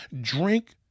drink